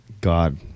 god